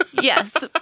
Yes